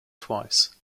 twice